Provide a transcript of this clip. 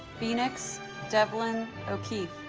phoenix devlyn o'keefe